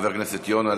חבר הכנסת יונה,